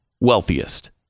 wealthiest